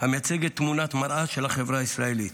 המייצגת תמונת מראה של החברה הישראלית.